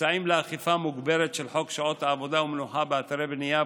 מבצעים לאכיפה מוגברת של חוק שעות עבודה ומנוחה באתרי הבנייה,